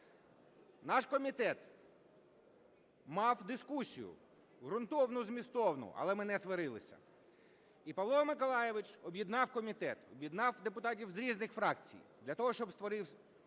Наш комітет мав дискусію ґрунтовну і змістовну, але ми не сварилися. І Павло Миколайович об'єднав комітет, об'єднав депутатів з різних фракцій для того, щоб створити,